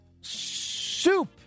Soup